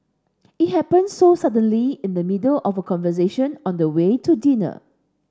it happened so suddenly in the middle of conversation on the way to dinner